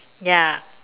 ya